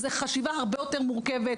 זו חשיבה הרבה יותר מורכבת,